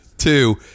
Two